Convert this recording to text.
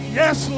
yes